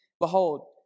Behold